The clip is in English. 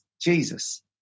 Jesus